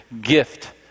gift